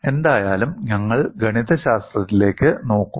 എന്തായാലും ഞങ്ങൾ ഗണിതശാസ്ത്രത്തിലേക്ക് നോക്കും